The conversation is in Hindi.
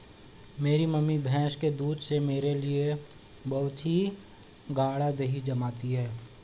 मेरी मम्मी भैंस के दूध से मेरे लिए बहुत ही गाड़ा दही जमाती है